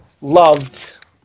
loved